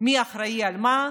מי אחראי למה.